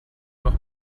noch